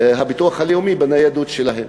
הביטוח הלאומי בניידות שלהם.